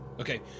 okay